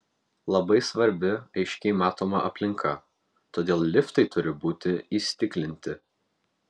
labai svarbi aiškiai matoma aplinka todėl liftai turi būti įstiklinti